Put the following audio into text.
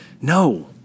No